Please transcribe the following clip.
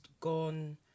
gone